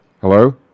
Hello